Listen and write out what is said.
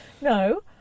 no